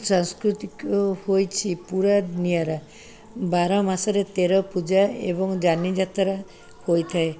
ସାଂସ୍କୃତିକ ହୋଇଛି ପୁରା ନିଆରା ବାରମାସରେ ତେର ପୂଜା ଏବଂ ଯାନିଯାତ୍ରା ହୋଇଥାଏ